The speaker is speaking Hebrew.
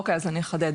אוקיי אז אני אחדד.